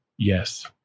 Yes